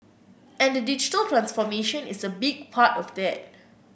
and the digital transformation is a big part of that